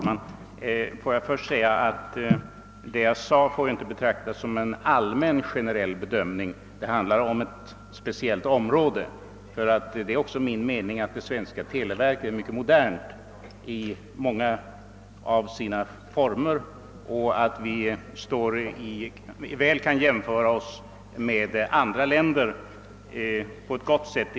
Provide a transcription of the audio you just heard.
Herr talman! Vad jag yttrade får inte betraktas som en generell bedömning; det rör sig ju om ett speciellt område. Det är också min mening att det svenska televerket är mycket modernt i många av sina verksamhetsformer och att vi väl kan jämföra oss med andra länder i detta avseende.